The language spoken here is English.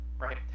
right